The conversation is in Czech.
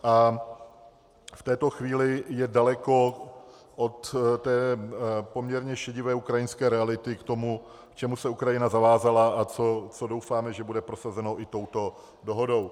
V této chvíli je daleko od té poměrně šedivé ukrajinské reality k tomu, k čemu se Ukrajina zavázala a co doufáme, že bude prosazeno i touto dohodou.